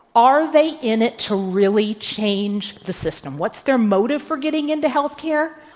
are they in it to really change the system? what's their motive for getting into healthcare?